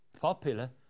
popular